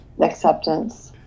Acceptance